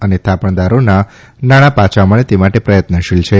અને થાપણદારોનાં નાણાં પાછાં મળે તે માટે પ્રયત્નશીલ છે